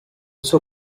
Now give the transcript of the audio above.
also